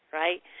right